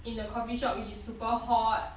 in the coffee shop which is super hot